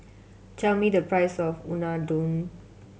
tell me the price of Unadon